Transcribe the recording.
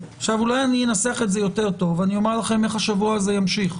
אולי אני אנסח את זה יותר טוב ואני אומר לכם איך השבוע הזה ימשיך: